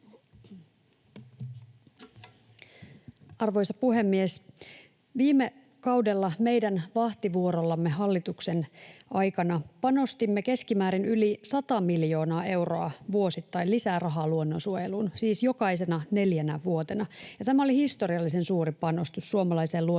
Arvoisa puhemies! Viime hallituskaudella meidän vahtivuorollamme panostimme keskimäärin yli sata miljoonaa euroa vuosittain lisää rahaa luonnonsuojeluun, siis jokaisena neljänä vuotena, ja tämä oli historiallisen suuri panostus suomalaiseen luonnonsuojeluun.